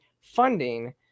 funding